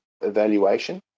evaluation